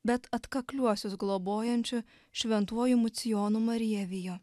bet atkakliuosius globojančiu šventuoju marcijonu marija vijo